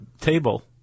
table